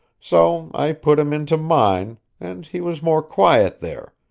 so i put him into mine, and he was more quiet there,